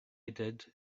did